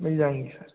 मिल जाएँगी सर